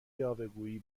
یاوهگویی